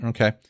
Okay